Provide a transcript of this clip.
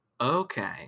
okay